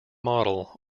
model